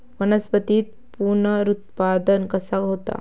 वनस्पतीत पुनरुत्पादन कसा होता?